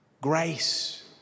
Grace